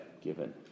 given